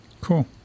Cool